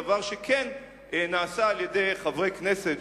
דבר שכן נעשה על-ידי חברי כנסת,